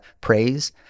praise